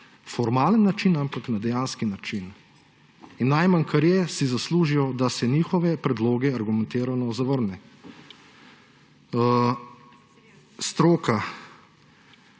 na formalen način, ampak na dejanski način. In najmanj, kar je, si zaslužijo, da se njihovi predlogi argumentirano zavrnejo.